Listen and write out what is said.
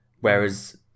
Whereas